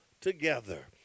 together